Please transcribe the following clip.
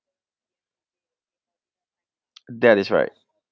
that is right